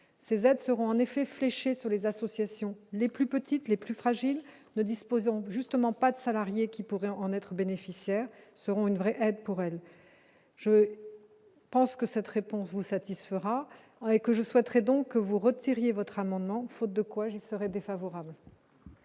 ces aides seront en effet fléchée sur les associations les plus petites, les plus fragiles ne disposant justement pas de salariés qui pourrait en être bénéficiaires seront une vraie aide pour elle, je pense que cette réponse vous satisfera que je souhaiterais donc vous retiriez votre amendement, faute de quoi ils seraient défavorables.